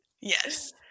Yes